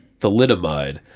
Thalidomide